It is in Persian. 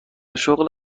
شغل